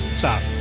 stop